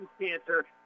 cancer